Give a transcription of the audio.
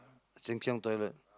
Sheng-Shiong toilet